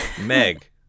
Meg